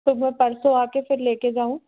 तो वो परसों आके फिर लेके जाऊँ